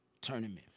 tournament